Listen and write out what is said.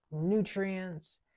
nutrients